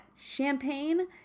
champagne